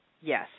Yes